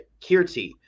Kirti